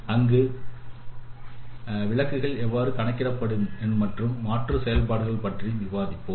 அங்கு விலங்குகள் எவ்வாறு கணக்கிடப்படும் மற்றும் மாற்றும் செயல்பாடு பற்றியும் விவாதித்தோம்